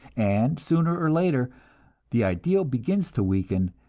and sooner or later the ideal begins to weaken,